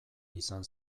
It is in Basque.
izan